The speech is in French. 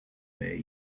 mais